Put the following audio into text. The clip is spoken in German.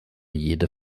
jede